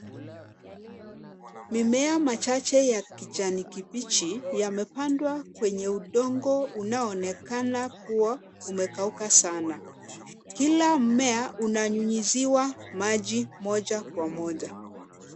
Mimea machache ya kijani kibichi yamepandwa kwenye udongo unaonekana kuwa umekauka sana. Kila mmea unanyunyiziwa maji moja kwa moja.